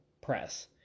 press